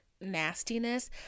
nastiness